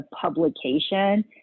publication